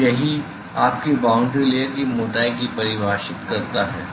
तो यही आपकी बाउंड्री लेयर की मोटाई को परिभाषित करता है